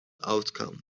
outcome